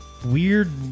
Weird